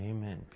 Amen